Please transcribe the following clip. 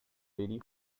eighty